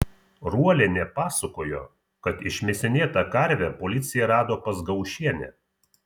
ruolienė pasakojo kad išmėsinėtą karvę policija rado pas gaušienę